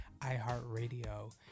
iHeartRadio